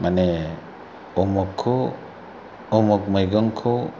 माने उमुगखौ उमुग मैगंखौ